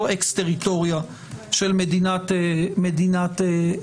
זה לא אקס טריטוריה של מדינת ישראל,